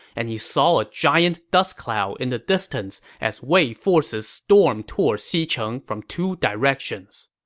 and he saw a giant dust cloud in the distance as wei forces stormed toward xicheng from two directions.